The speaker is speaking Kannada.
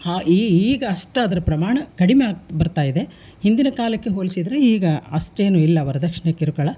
ಹಾಂ ಈಗ ಅಷ್ಟು ಅದರ ಪ್ರಮಾಣ ಕಡಿಮೆ ಆಗಿ ಬರ್ತಾ ಇದೆ ಹಿಂದಿನ ಕಾಲಕ್ಕೆ ಹೋಲಿಸಿದ್ರೆ ಈಗ ಅಷ್ಟೇನೂ ಇಲ್ಲ ವರದಕ್ಷ್ಣೆ ಕಿರುಕುಳ